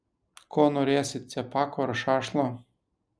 ko norėsi cepakų ar šašlo